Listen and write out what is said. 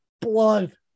blood